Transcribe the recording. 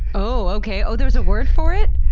ohhh, okay. oh there's a word for it!